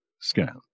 scan